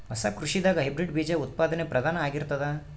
ಹೊಸ ಕೃಷಿದಾಗ ಹೈಬ್ರಿಡ್ ಬೀಜ ಉತ್ಪಾದನೆ ಪ್ರಧಾನ ಆಗಿರತದ